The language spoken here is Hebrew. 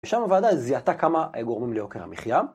ושם הוועדה זיהתה כמה גורמים לעוקר המחייה.